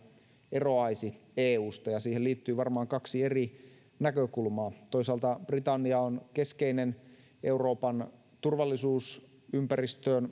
eroaisi eusta ja siihen liittyy varmaan kaksi eri näkökulmaa toisaalta britannia on keskeinen euroopan turvallisuusympäristöön